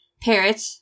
parrot